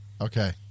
Okay